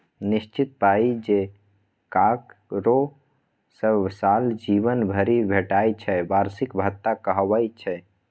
निश्चित पाइ जे ककरो सब साल जीबन भरि भेटय छै बार्षिक भत्ता कहाबै छै